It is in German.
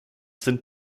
sind